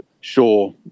sure